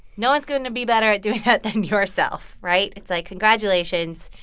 no one's going to be better at doing that than yourself, right? it's, like, congratulations.